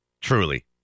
Truly